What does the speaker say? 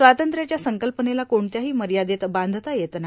स्वातंत्र्याच्या संकल्पनेला कोणत्याही मयदित बांधता येत नाही